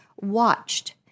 watched